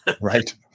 right